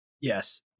Yes